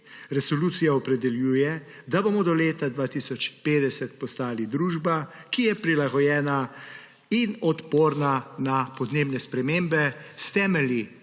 Resolucija opredeljuje, da bomo do leta 2050 postali družba, ki je prilagojena in odporna na podnebne spremembe, s temelji